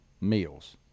meals